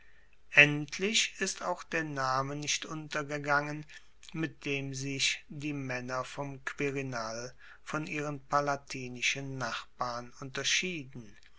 endlich ist auch der name nicht untergegangen mit dem sich die maenner vom quirinal von ihren palatinischen nachbarn unterschieden